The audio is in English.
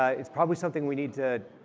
ah it's probably something we need to